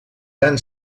tan